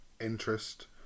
interest